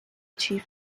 chief